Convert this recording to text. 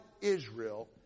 Israel